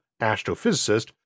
Astrophysicist